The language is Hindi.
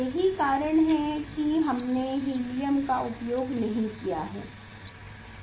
यही कारण है कि हमने हीलियम का उपयोग नहीं किया है